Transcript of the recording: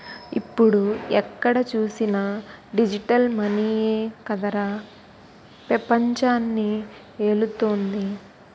ఇప్పుడు ఎక్కడ చూసినా డిజిటల్ మనీయే కదరా పెపంచాన్ని ఏలుతోంది